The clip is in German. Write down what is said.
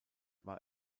war